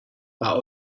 that